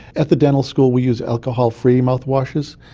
at the dental school we use alcohol-free mouthwashes,